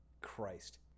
Christ